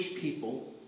people